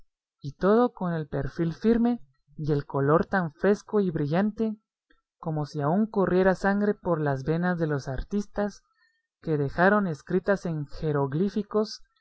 y todo con el perfil firme y el color tan fresco y brillante como si aún corriera sangre por las venas de los artistas que dejaron escritas en jeroglíficos